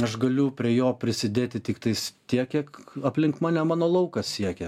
aš galiu prie jo prisidėti tik tais tiek kiek aplink mane mano laukas siekia